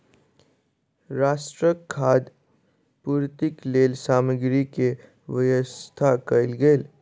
राष्ट्रक खाद्य पूर्तिक लेल सामग्री के व्यवस्था कयल गेल